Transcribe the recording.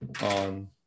on